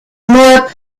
more